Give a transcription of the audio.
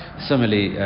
Similarly